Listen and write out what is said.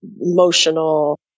emotional